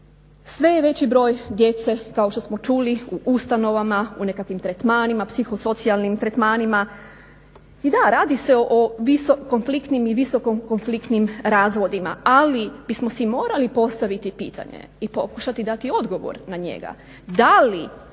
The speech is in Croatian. Sve je veći broj djece kao što smo čuli u ustanovama, u nekakvim tretmanima, psihosocijalnim tretmanima. I da, radi se o konfliktnim i visoko konfliktnim razvodima. Ali bismo si morali postaviti pitanje i pokušati dati odgovor na njega,